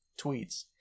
tweets